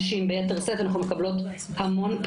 וכדומה כדי לעזור לנשים דתיות וחרדיות שבארון ושלא בארון,